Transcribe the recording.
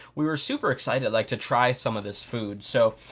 we were super excited like to try some of this food. so,